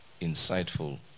insightful